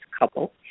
couple